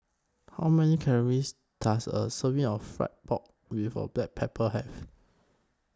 How Many Calories Does A Serving of Fry Pork with A Black Pepper Have